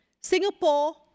Singapore